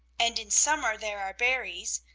and in summer there are berries,